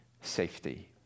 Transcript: safety